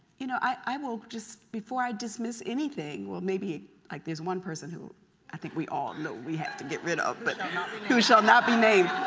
you know i will just before i dismiss anything well maybe like there's one person who i think we all know we have to get rid of but who shall not be named.